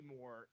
more